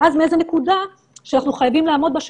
ואז מאיזו נקודה שאנחנו חייבים לעמוד בה,